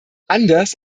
anders